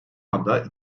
anda